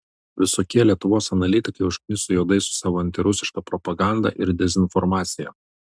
visokie lietuvos analitikai užkniso juodai su savo antirusiška propaganda ir dezinformacija